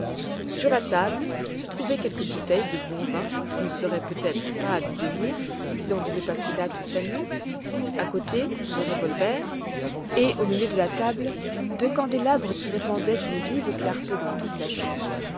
sur la table se trouvaient quelques bouteilles de bon vin qui ne seraient peut-être pas à dédaigner si l'on devait passer là toute la nuit à côté les revolvers et au milieu de la table deux candélabres qui répandaient une vive clarté dans toute la chambre